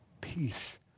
peace